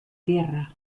tierra